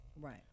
Right